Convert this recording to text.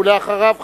ואחריו,